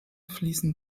fließen